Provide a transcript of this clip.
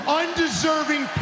undeserving